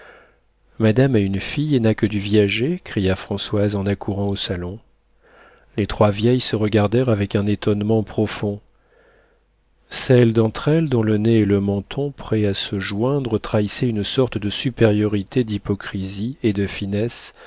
madame a une fille et n'a que du viager cria françoise en accourant au salon les trois vieilles se regardèrent avec un étonnement profond celle d'entre elles dont le nez et le menton prêts à se joindre trahissaient une sorte de supériorité d'hypocrisie et de finesse